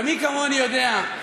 ומי כמוני יודע,